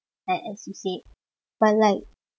as you said but like